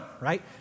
right